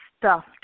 Stuffed